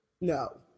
No